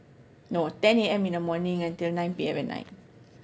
no ten A_M in the morning until nine P_M at night